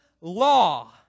law